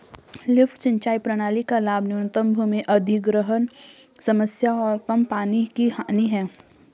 lift सिंचाई प्रणाली का लाभ न्यूनतम भूमि अधिग्रहण समस्या और कम पानी की हानि है